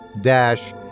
dash